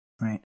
right